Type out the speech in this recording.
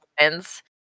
lines